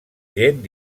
gent